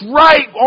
right